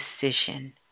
decision